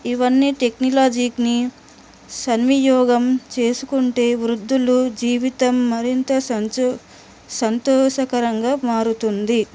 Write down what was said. ఇవన్నీ టెక్నాలజీని సద్వినియోగం చేసుకుంటే వృద్ధులు జీవితం మరింత సంచో సంతోషకరంగా మారుతుంది